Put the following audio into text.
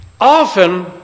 Often